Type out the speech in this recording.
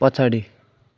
पछाडि